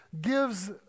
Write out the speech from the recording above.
gives